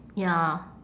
ya